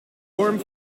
vorm